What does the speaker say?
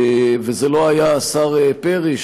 וזה לא היה השר פרי,